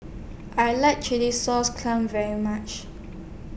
I like Chilli Sauce Clams very much